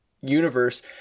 universe